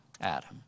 Adam